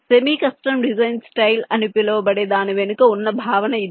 semi custom design style అని పిలవబడే దాని వెనుక ఉన్న భావన ఇదే